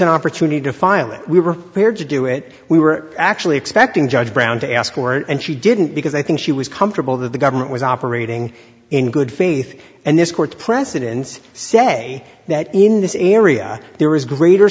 an opportunity to file and we were prepared to do it we were actually expecting judge brown to ask for it and she didn't because i think she was comfortable that the government was operating in good faith and this court precedents say that in this area there is greater